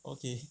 okay